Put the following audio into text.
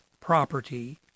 property